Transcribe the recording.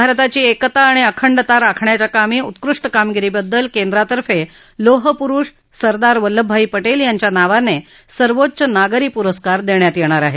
भारताची एकता आणि अखंडता राखण्याच्या कामी उत्कृष्ट कामगिरीबद्दल केंद्रातर्फे लोहपुरूष सरदार वल्लभभाई पटेल यांच्या नावाने सर्वोच्च नागरी पुरस्कार देण्यात येणार आहे